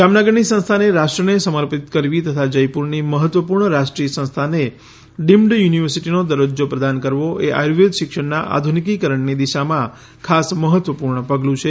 જામનગરની સંસ્થાને રાષ્ટ્રને સમર્પિત કરવી તથા જયપુરની મહત્વપૂર્ણ રાષ્ટ્રીય સંસ્થાને ડીમ્ડ યુનિવર્સિટીનો દરજ્જો પ્રદાન કરવો એ આયુર્વેદ શિક્ષણના આધુનિકીકરણની દિશામાં ખાસ મહત્વપૂર્ણ પગલું છે